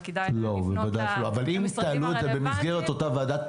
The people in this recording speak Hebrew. בכינוס הדיון של ועדת